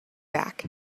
back